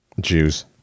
Jews